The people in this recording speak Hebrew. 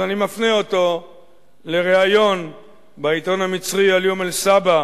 אני מפנה אותו לריאיון בעיתון המצרי "אל-יום אל-סאבע",